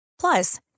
Plus